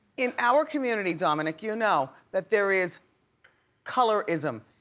in our community, dominic, you know that there is color-ism.